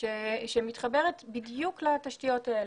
שמתחברת בדיוק לתשתיות האלה.